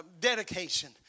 dedication